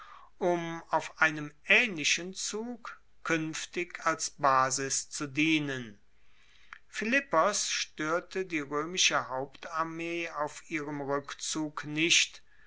um auf einem aehnlichen zug kuenftig als basis zu dienen philippos stoerte die roemische hauptarmee auf ihrem rueckzug nicht